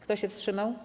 Kto się wstrzymał?